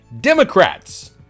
Democrats